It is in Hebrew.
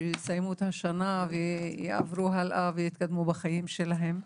שיסיימו את השנה ויעברו הלאה ויתקדמו בחיים שלהם.